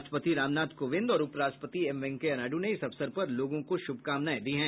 राष्ट्रपति रामनाथ कोविंद और उपराष्ट्रपति एम वेंकैया नायड् ने इस अवसर पर लोगों को शुभकामनाएं दी हैं